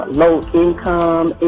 low-income